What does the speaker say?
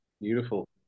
Beautiful